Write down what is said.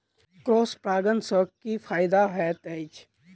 Cross परागण सँ की फायदा हएत अछि?